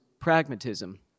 pragmatism